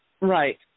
Right